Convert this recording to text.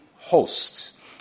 hosts